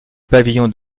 pavillon